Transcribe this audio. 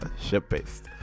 ship-based